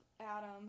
Adam